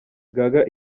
gaga